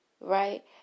Right